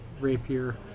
rapier